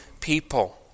people